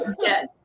Yes